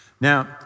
Now